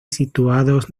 situados